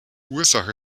ursache